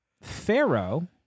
Pharaoh